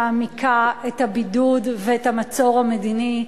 זו גם ממשלה שמעמיקה את הבידוד ואת המצור המדיני.